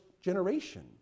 generation